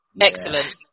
Excellent